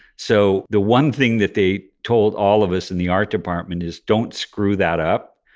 so, the one thing that they told all of us in the art department is, don't screw that up.